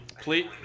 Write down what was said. please